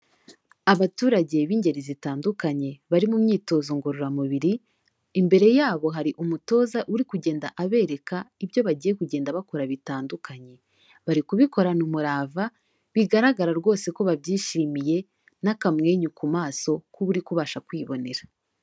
Abaturage b'ingeri zitandukanye bari mu myitozo ngororamubiri, imbere yabo hari umutoza uri kugenda abereka ibyo bagiye kugenda bakora bitandukanye. Bari kubikorana umurava, bigaragara rwose ko babyishimiye, n'akamwenyu ku maso, kuba uri kubasha kwibonera.